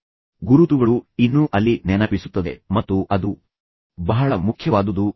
ಆದ್ದರಿಂದ ಗುರುತುಗಳು ಇನ್ನೂ ಅಲ್ಲಿ ನೆನಪಿಸುತ್ತದೆ ಮತ್ತು ಅದು ಬಹಳ ಮುಖ್ಯವಾದುದು